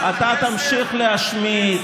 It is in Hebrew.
אתה תמשיך להשמיץ.